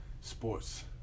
sports